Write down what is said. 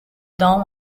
dawn